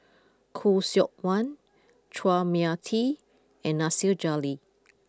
Khoo Seok Wan Chua Mia Tee and Nasir Jalil